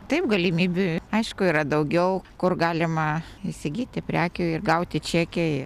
taip galimybių aišku yra daugiau kur galima įsigyti prekių ir gauti čekį